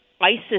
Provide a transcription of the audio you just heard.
ISIS